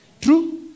True